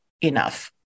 enough